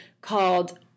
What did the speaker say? called